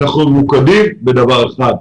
אנחנו ממוקדים בדבר אחד.